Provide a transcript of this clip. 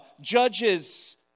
Judges